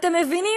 אתם מבינים?